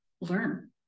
learn